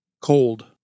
cold